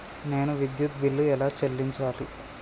నేను విద్యుత్ బిల్లు ఎలా చెల్లించాలి?